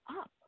up